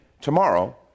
tomorrow